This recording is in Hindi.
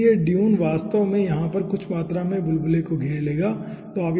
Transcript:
फिर यह ड्यून वास्तव में यहाँ पर कुछ मात्रा में बुलबुले को घेर लेगा ठीक है